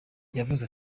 yaravuze